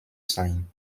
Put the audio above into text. sein